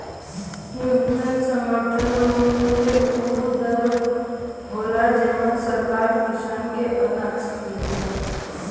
न्यूनतम समर्थन मूल्य उ दर होला जेपर सरकार किसान के अनाज खरीदेला